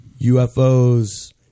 UFOs